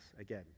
Again